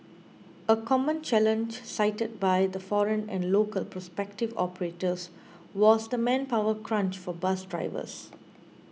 a common challenge cited by the foreign and local prospective operators was the manpower crunch for bus drivers